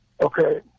Okay